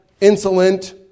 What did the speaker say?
insolent